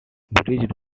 bridge